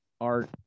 art